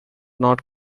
not